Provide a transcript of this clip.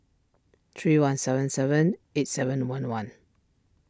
three one seven seven eight seven one one